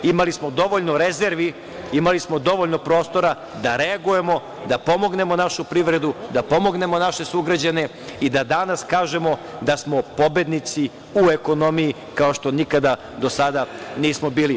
Imali smo dovoljno rezervi, imali smo dovoljno prostora da reagujemo, da pomognemo našu privredu, da pomognemo naše sugrađane i da danas kažemo da smo pobednici u ekonomiji kao što nikada do sada nismo bili.